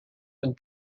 and